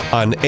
on